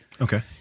Okay